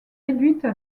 réduites